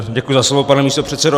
Děkuji za slovo, pane místopředsedo.